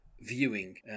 viewing